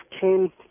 came